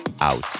out